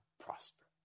prosper